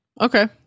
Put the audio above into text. Okay